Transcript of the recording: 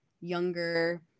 younger